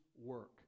work